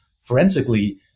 forensically